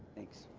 thanks.